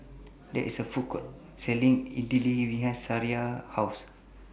There IS A Food Court Selling Idili behind Sariah's House